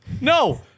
No